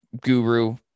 guru